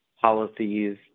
policies